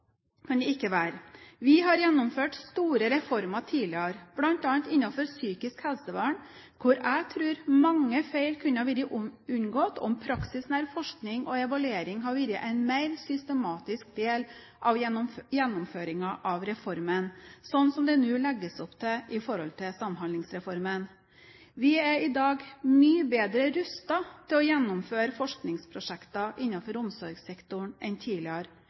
kan det ikke være. Vi har gjennomført store reformer tidligere, bl.a. innenfor psykisk helsevern, hvor jeg tror mange feil kunne ha vært unngått om praksisnær forskning og evaluering hadde vært en mer systematisk del av gjennomføringen av reformen, slik som det nå legges opp til i Samhandlingsreformen. Vi er i dag mye bedre rustet til å gjennomføre forskningsprosjekter innenfor omsorgssektoren enn tidligere.